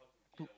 to